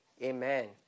Amen